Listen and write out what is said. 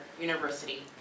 university